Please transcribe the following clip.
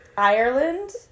Ireland